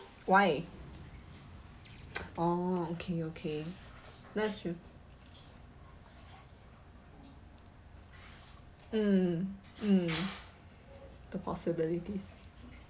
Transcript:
why oh okay okay that's true mm mm the possibilities